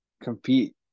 compete